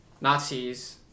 Nazis